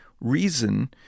reason